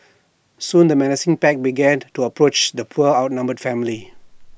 soon the menacing pack began to approach the poor outnumbered family